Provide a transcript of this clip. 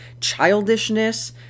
childishness